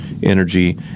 energy